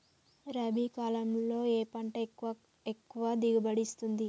రబీ కాలంలో ఏ పంట ఎక్కువ దిగుబడి ఇస్తుంది?